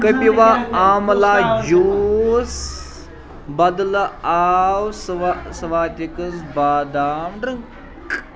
کپِوہ آملا جوٗس بدلہٕ آو سوا سواتِکس بادام ڈرٕٛنٛک